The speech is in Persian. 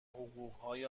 حقوقهای